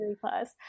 Plus